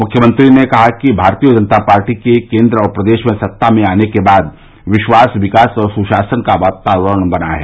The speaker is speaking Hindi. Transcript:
मुख्यमंत्री ने कहा कि भारतीय जनता पार्टी के केन्द्र और प्रदेश में सत्ता में आने के बाद विश्वास विकास और सुशासन का वातावरण बना है